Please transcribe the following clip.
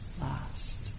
last